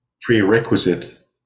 prerequisite